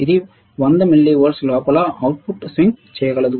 ఇది 100 మిల్లీ వోల్ట్ల లోపల అవుట్పుట్ను స్వింగ్ చేయగలదు